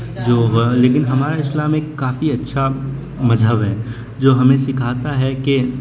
جو لیکن ہمارا اسلام ایک کافی اچھا مذہب ہے جو ہمیں سکھاتا ہے کہ